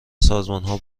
سازمانها